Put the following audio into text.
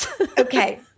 Okay